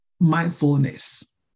mindfulness